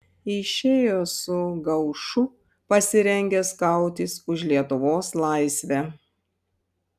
išėjo su gaušu pasirengęs kautis už lietuvos laisvę